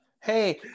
Hey